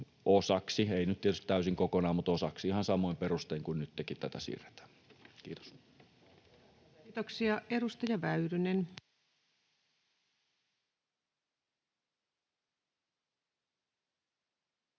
tietysti täysin kokonaan, mutta osaksi ihan samoin perustein kuin nytkin tätä siirretään. — Kiitos. [Speech 133]